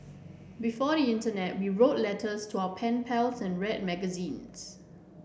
before the internet we wrote letters to our pen pals and read magazines